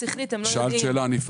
שאלת שאלה, אני אפרט.